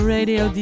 Radio